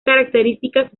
características